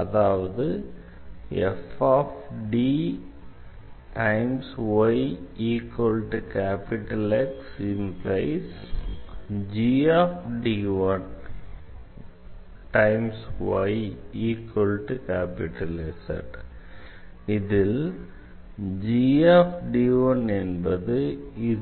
அதாவது இதில் என்பது